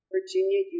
Virginia